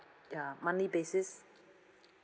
ya monthly basis